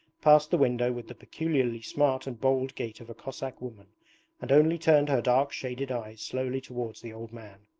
passed the window with the peculiarly smart and bold gait of a cossack woman and only turned her dark shaded eyes slowly towards the old man.